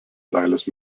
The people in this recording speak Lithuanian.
dailės